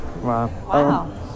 Wow